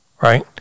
Right